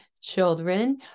children